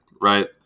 right